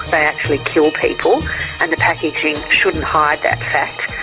actually kill people and the packaging shouldn't hide that fact.